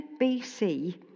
BC